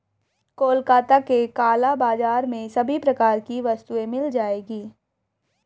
कोलकाता के काला बाजार में सभी प्रकार की वस्तुएं मिल जाएगी